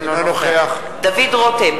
אינו נוכח דוד רותם,